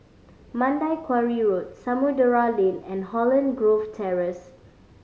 Mandai Quarry Road Samudera Lane and Holland Grove Terrace